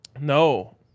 No